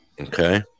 okay